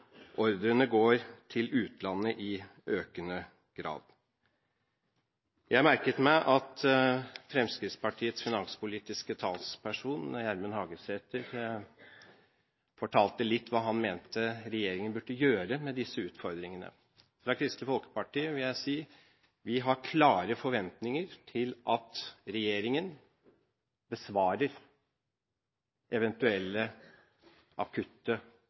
ordrene går til utlandet i økende grad. Jeg merket meg at Fremskrittspartiets finanspolitiske talsperson, Gjermund Hagesæter, fortalte litt om hva han mente regjeringen burde gjøre med disse utfordringene. Fra Kristelig Folkeparti vil jeg si vi har klare forventninger til at regjeringen besvarer eventuelle akutte